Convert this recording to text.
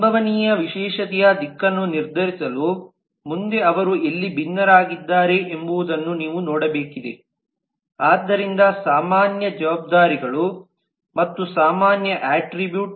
ಸಂಭವನೀಯ ವಿಶೇಷತೆಯ ದಿಕ್ಕನ್ನು ನಿರ್ಧರಿಸಲು ಮುಂದೆ ಅವರು ಎಲ್ಲಿ ಭಿನ್ನರಾಗಿದ್ದಾರೆ ಎಂಬುದನ್ನು ನೀವು ನೋಡಬೇಕಾಗಿದೆ ಆದ್ದರಿಂದ ಇದು ಸಾಮಾನ್ಯ ಭಾಗವಾಗಿದೆಸಾಮಾನ್ಯ ಜವಾಬ್ದಾರಿಗಳು ಮತ್ತು ಸಾಮಾನ್ಯ ಅಟ್ರಿಬ್ಯೂಟ್